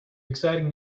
exciting